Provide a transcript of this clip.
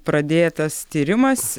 pradėtas tyrimas